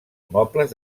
mobles